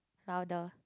louder